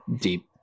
deep